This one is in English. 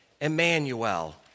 Emmanuel